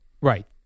Right